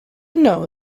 know